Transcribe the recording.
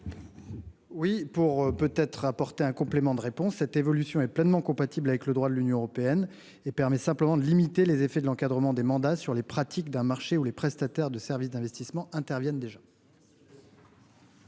Oui pour peut être apporter un complément de réponse. Cette évolution est pleinement compatible avec le droit de l'Union européenne et permet simplement de limiter les effets de l'encadrement des mandats sur les pratiques d'un marché où les prestataires de services d'investissement interviennent déjà.